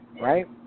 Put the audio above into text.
right